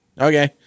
Okay